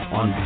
on